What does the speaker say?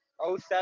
07